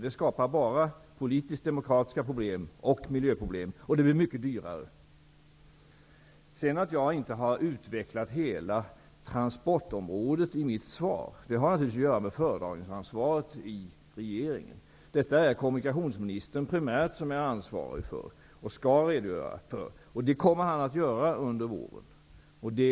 Det skapar bara politiska och demokratiska problem och miljöproblem -- och allt blir dyrare. Jag har inte utvecklat hela transportområdet i svaret, och det beror naturligtvis på föredragningsansvaret i regeringen. Primärt är kommunikationsministern ansvarig för det området. Han kommer att redogöra för de frågorna under våren.